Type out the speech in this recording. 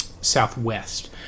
southwest